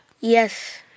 Yes